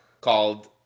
called